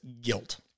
guilt